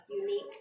unique